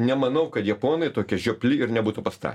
nemanau kad japonai tokie žiopli ir nebūtų pasta